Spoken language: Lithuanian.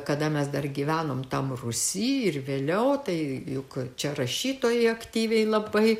kada mes dar gyvenom tam rūsy ir vėliau tai juk čia rašytojai aktyviai labai